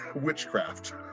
witchcraft